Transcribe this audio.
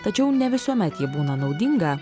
tačiau ne visuomet ji būna naudinga